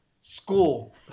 school